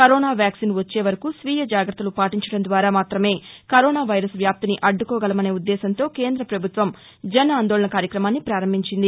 corona vaccine వచ్చే వరకు స్వీయ జాగ్రత్తలు పాటించడం ద్వారా మాత్రమే కరోనా వైరస్ వ్యాప్తిని అడ్డుకోగలమనే ఉద్దేశంతో కేంద్రపభుత్వం జన్ ఆందోళన్ కార్యక్రమాన్ని పారంభించింది